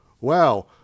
wow